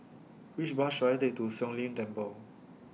Which Bus should I Take to Siong Lim Temple